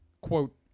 Quote